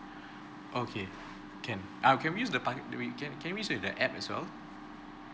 okay can ah can we use the par~ we can can we use the app as well